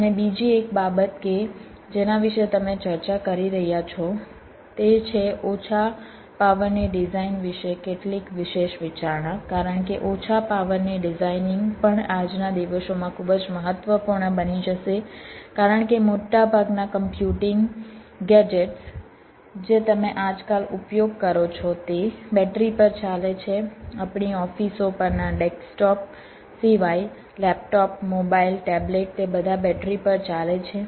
અને બીજી એક બાબત કે જેના વિશે તમે ચર્ચા કરી રહ્યા છો તે છે ઓછા પાવરની ડિઝાઇન વિશે કેટલીક વિશેષ વિચારણા કારણ કે ઓછા પાવરની ડિઝાઇનિંગ પણ આજના દિવસોમાં ખૂબ જ મહત્વપૂર્ણ બની જશે કારણ કે મોટાભાગના કમ્પ્યુટિંગ ગેજેટ્સ જે તમે આજકાલ ઉપયોગ કરો છો તે બેટરી પર ચાલે છે આપણી ઓફિસો પરના ડેસ્કટોપ સિવાય લેપટોપ મોબાઈલ ટેબ્લેટ તે બધા બેટરી પર ચાલે છે